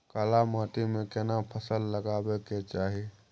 काला माटी में केना फसल लगाबै के चाही?